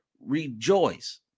rejoice